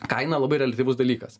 kaina labai reliatyvus dalykas